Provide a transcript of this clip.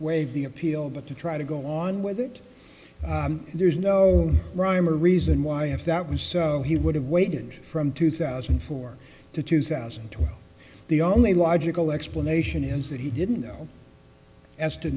waive the appeal but to try to go on with it there's no rhyme or reason why if that was so he would have waited from two thousand and four to two thousand and two the only logical explanation is that he didn't know as to